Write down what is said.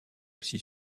aussi